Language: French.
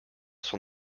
son